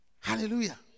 Hallelujah